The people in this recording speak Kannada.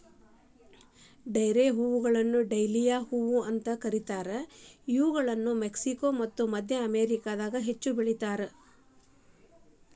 ಡೇರೆದ್ಹೂಗಳನ್ನ ಡೇಲಿಯಾ ಹೂಗಳು ಅಂತ ಕರೇತಾರ, ಇವುಗಳನ್ನ ಮೆಕ್ಸಿಕೋ ಮತ್ತ ಮದ್ಯ ಅಮೇರಿಕಾದಾಗ ಹೆಚ್ಚಾಗಿ ಬೆಳೇತಾರ